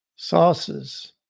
Sauces